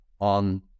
on